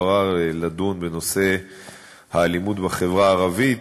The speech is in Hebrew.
עראר לדון בנושא האלימות בחברה הערבית.